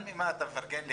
אתה מפרגן לקטי?